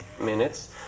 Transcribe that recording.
minutes